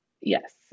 Yes